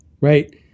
Right